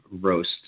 roast